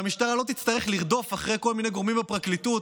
והמשטרה לא תצטרך לרדוף אחרי כל מיני גורמים בפרקליטות